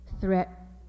threat